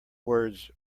words